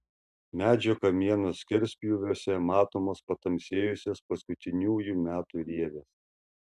medžio kamieno skerspjūviuose matomos patamsėjusios paskutiniųjų metų rievės